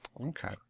Okay